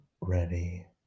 ready